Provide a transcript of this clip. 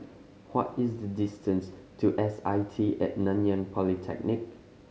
what is the distance to S I T At Nanyang Polytechnic